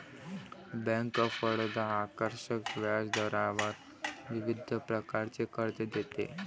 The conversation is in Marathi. बँक ऑफ बडोदा आकर्षक व्याजदरावर विविध प्रकारचे कर्ज देते